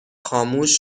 خاموش